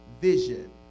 vision